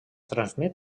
transmet